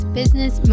business